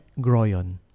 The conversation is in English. Groyon